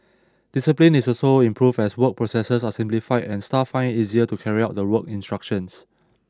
discipline is also improved as work processes are simplified and staff find it easier to carry out the work instructions